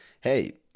hey